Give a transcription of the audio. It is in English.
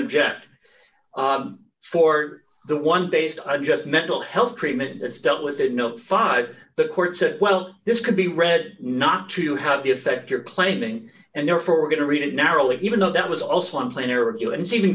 object for the one based on just mental health treatment that's dealt with and no five the court said well this could be read not to have the effect you're claiming and therefore we're going to read it narrowly even though that was